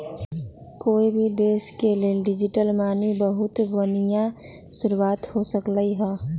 कोई भी देश के लेल डिजिटल मनी बहुत बनिहा शुरुआत हो सकलई ह